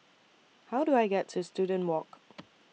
How Do I get to Student Walk